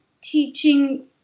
teaching